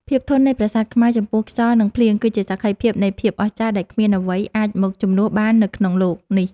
ភាពធន់នៃប្រាសាទខ្មែរចំពោះខ្យល់ និង ភ្លៀងគឺជាសក្ខីភាពនៃភាពអស្ចារ្យដែលគ្មានអ្វីអាចមកជំនួសបាននៅក្នុងលោកនេះ។